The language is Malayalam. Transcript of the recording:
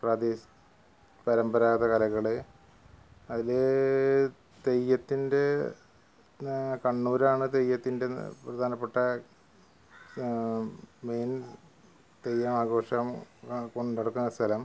പ്രാദേശ് പരമ്പരാഗത കലകൾ അതിൽ തെയ്യത്തിൻ്റെ കണ്ണൂരാണ് തെയ്യത്തിൻ്റെ പ്രധാനപ്പെട്ട മെയിൻ തെയ്യം ആഘോഷം കൊണ്ടുനടക്കുന്ന സ്ഥലം